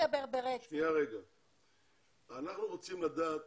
אנחנו רוצים לדעת